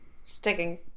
sticking